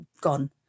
gone